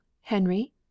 Henry